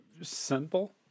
simple